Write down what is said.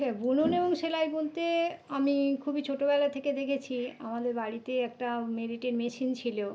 হ্যাঁ বুননে এবং সেলাই বুনতে আমি খুবই ছোটোবেলা থেকে দেখেছি আমাদের বাড়িতে একটা মেরিটের মেশিন ছিলো